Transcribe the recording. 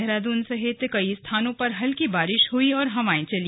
देहरादून सहित कई स्थानों पर हल्की बारिश हुई और हवाएं चली